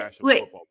Wait